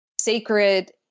sacred